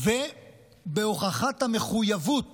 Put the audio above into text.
ובהוכחת המחויבות